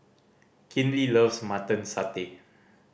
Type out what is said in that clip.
Kinley loves Mutton Satay